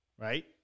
right